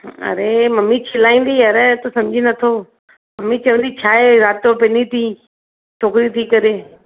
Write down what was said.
अरे मम्मी चिलाईंदी यार तूं सम्झी नथो मम्मी चवंदी छाहे राति जो पिनी थी छोकिरी थी करे